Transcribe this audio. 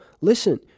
listen